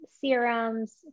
serums